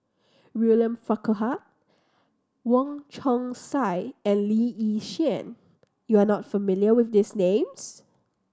William Farquhar Wong Chong Sai and Lee Yi Shyan you are not familiar with these names